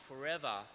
forever